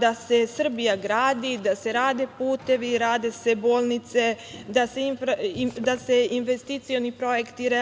da se Srbija gradi, da se rade putevi, rade se bolnice, da se investicioni projekti realizuju